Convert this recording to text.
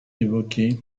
évoquée